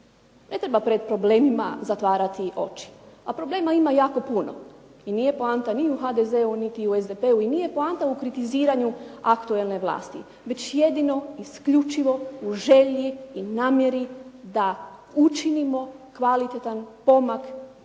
Ne treba pred problemima zatvarati oči a problema ima jako puno i nije poanta ni u HDZ-u niti u SDP-u i nije poanta u kritiziranju aktualne vlasti već jedino isključivo u želji i namjeri da učinimo kvalitetan pomak za